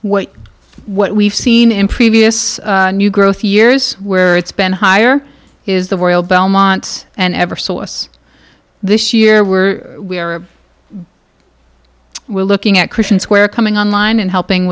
what what we've seen in previous new growth years where it's been higher is the world belmont and ever source this year were we are we're looking at christians who are coming on line and helping